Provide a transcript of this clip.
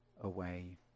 away